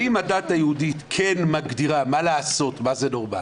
הדת היהודית כן מגדירה, מה לעשות, מה זה נורמלי,